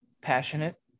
passionate